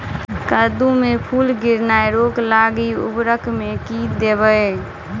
कद्दू मे फूल गिरनाय रोकय लागि उर्वरक मे की देबै?